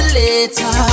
later